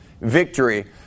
victory